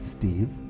Steve